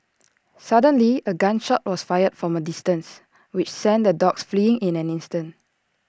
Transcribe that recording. suddenly A gun shot was fired from A distance which sent the dogs fleeing in an instant